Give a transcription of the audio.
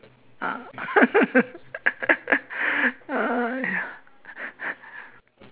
ah uh